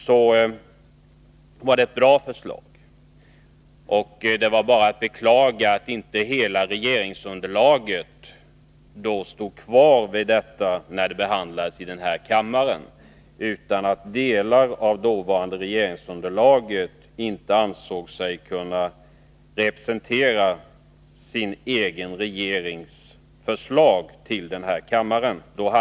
Det var ett bra förslag. Det är bara att beklaga att inte hela regeringsunderlaget stod fast vid förslaget när det behandlades här i kammaren. Då hade den här frågan i dag varit ur världen. Men delar av dåvarande regeringsunderlaget ansåg sig inte kunna stödja sitt eget regeringsförslag här i kammaren.